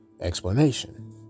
explanation